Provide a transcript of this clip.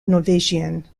norvégienne